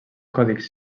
codis